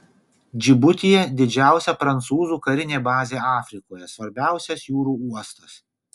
džibutyje didžiausia prancūzų karinė bazė afrikoje svarbiausias jūrų uostas